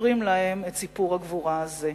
ומספרים להם את סיפור הגבורה הזה.